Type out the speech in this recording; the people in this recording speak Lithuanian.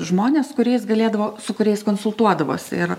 žmones kuriais galėdavo su kuriais konsultuodavosi ir